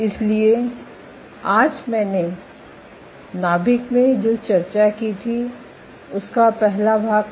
इसलिए आज मैंने नाभिक में जो चर्चा की थी उसका पहला भाग था